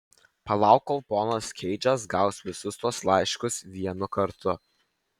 palauk kol ponas keidžas gaus visus tuos laiškus vienu kartu